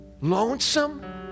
Lonesome